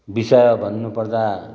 विषय भन्नुपर्दा